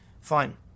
Fine